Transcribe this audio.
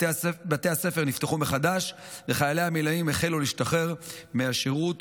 בתי הספר נפתחו מחדש וחיילי המילואים החלו להשתחרר משירות